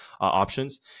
options